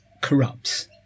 corrupts